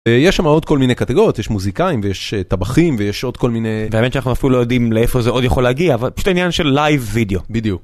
יש שמה עוד כל מיני קטגוריות, יש מוזיקאים ויש טבחים ויש עוד כל מיני... ת'אמת שאנחנו לא יודעים לאיפה זה עוד יכול להגיע אבל פשוט העניין של live video בדיוק.